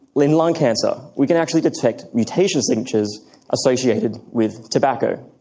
in lung cancer we can actually detect mutation signatures associated with tobacco,